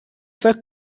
فکر